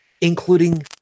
including